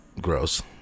Gross